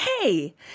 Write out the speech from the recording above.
hey –